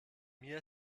mir